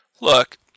look